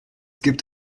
gibt